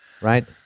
Right